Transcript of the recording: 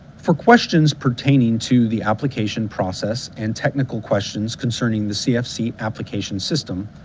for questions pertaining to the application process and technical questions concerning the cfc application system,